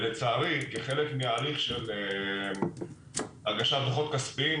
לצערי, כחלק מההליך של הגשת דוחות כספיים